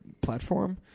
platform